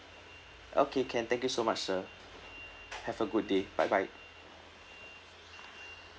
okay can thank you so much sir have a good day bye bye